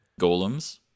Golems